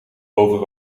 boven